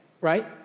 Right